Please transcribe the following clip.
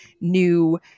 new